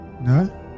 No